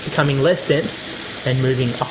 becoming less dense and moving ah